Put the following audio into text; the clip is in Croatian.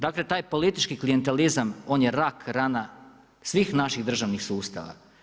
Dakle, taj politički klijentelizam, on je rak rana svih naših državnih sustava.